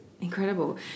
incredible